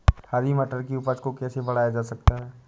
हरी मटर की उपज को कैसे बढ़ाया जा सकता है?